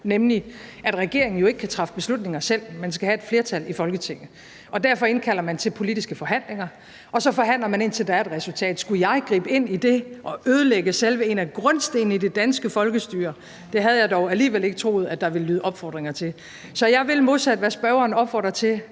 nemlig at regeringen jo ikke kan træffe beslutninger selv: Man skal have et flertal i Folketinget. Og derfor indkalder man til politiske forhandlinger, og så forhandler man, indtil der er et resultat. Skulle jeg gribe ind i det og ødelægge selve en af grundstenene i det danske folkestyre? Det havde jeg dog alligevel ikke troet at der ville lyde opfordringer til. Så jeg vil, modsat hvad spørgeren opfordrer til,